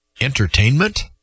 entertainment